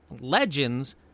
legends